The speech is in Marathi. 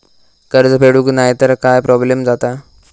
कर्ज फेडूक नाय तर काय प्रोब्लेम जाता?